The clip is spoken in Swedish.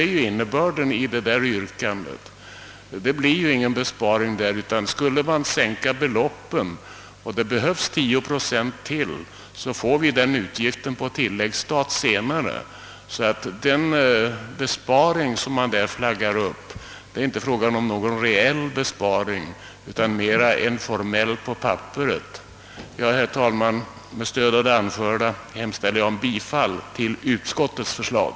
Enligt min mening är nämligen detta innebörden i yrkandet, och det medför ingen besparing. Skulle man sänka anslagen och det sedan behövs 10 procent därutöver, så kommer den utgiften senare på tilläggsstat. Det blir alltså inte fråga om någon reell besparing utan endast en formell. Herr talman! Med stöd av det anförda hemställer jag om bifall till utskottets förslag.